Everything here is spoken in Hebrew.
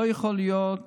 לא יכול להיות